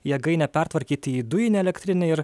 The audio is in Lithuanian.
jėgainę pertvarkyti į dujinę elektrinę ir